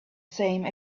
same